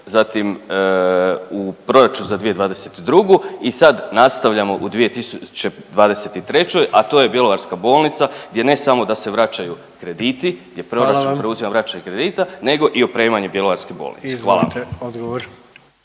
zatim u proračunu za 2022. i sad nastavljamo u 2023. a to je bjelovarska bolnica, gdje ne samo da se vraćaju krediti, … …/Upadica predsjednik: Hvala vam./… … gdje proračun preuzima vraćanje kredita nego i opremanje bjelovarske bolnice. Hvala.